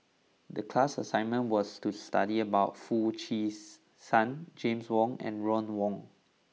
the class assignment was to study about Foo Cheese San James Wong and Ron Wong